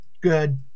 good